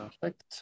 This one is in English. perfect